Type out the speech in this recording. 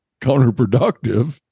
counterproductive